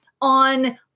on